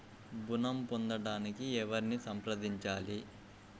ఋణం పొందటానికి ఎవరిని సంప్రదించాలి?